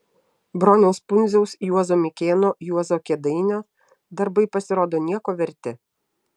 broniaus pundziaus juozo mikėno juozo kėdainio darbai pasirodo nieko verti